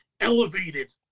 elevated